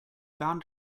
bound